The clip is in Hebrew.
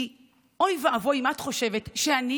כי אוי ואבוי אם את חושבת שאני